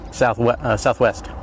Southwest